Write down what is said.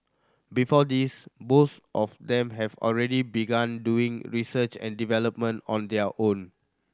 before this both of them have already begun doing research and development on their own